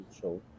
show